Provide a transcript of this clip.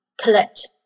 collect